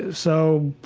so,